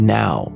now